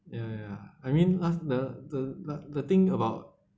ya ya I mean ask the the the thing about